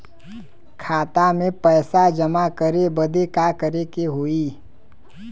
खाता मे पैसा जमा करे बदे का करे के होई?